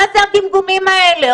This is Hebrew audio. מה זה הגמגומים האלה?